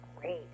great